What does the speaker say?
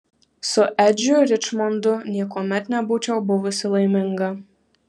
su edžiu ričmondu niekuomet nebūčiau buvusi laiminga